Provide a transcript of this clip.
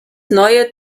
neue